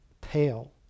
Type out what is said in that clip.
pale